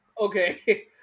okay